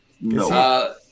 No